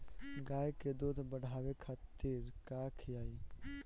गाय के दूध बढ़ावे खातिर का खियायिं?